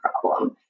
problem